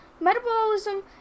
Metabolism